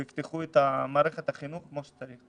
ויפתחו את מערכת החינוך כמו שצריך.